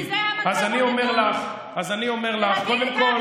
טוב, גברתי, אז אני אומר לך, זה המצב הנתון.